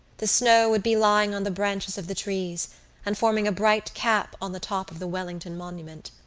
the snow would be lying on the branches of the trees and forming a bright cap on the top of the wellington monument.